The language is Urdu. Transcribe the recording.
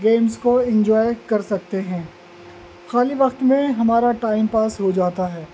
گیمس کو انجوائے کر سکتے ہیں خالی وقت میں ہمارا ٹائم پاس ہو جاتا ہے